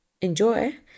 enjoy